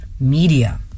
media